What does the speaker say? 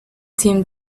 tim